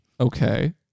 Okay